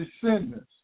descendants